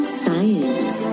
science